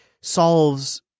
solves